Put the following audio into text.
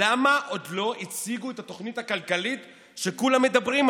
למה עוד לא הציגו את התוכנית הכלכלית שכולם מדברים עליה?